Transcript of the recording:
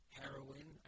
heroin